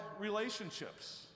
relationships